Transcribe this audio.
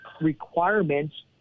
requirements